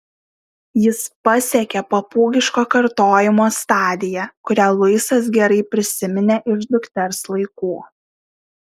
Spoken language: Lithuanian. jis pasiekė papūgiško kartojimo stadiją kurią luisas gerai prisiminė iš dukters laikų